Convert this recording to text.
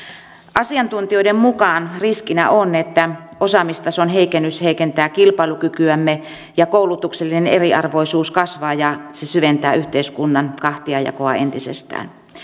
asiantuntijoiden mukaan riskinä on että osaamistason heikennys heikentää kilpailukykyämme ja koulutuksellinen eriarvoisuus kasvaa ja se syventää yhteiskunnan kahtiajakoa entisestään